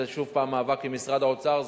זה שוב מאבק עם משרד האוצר.